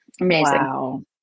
Amazing